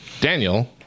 Daniel